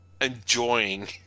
enjoying